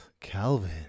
Calvin